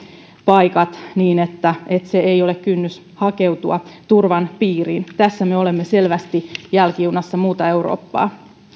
paikat niin että että ei ole kynnystä hakeutua turvan piiriin tässä me olemme selvästi jälkijunassa muuta eurooppaa